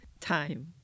time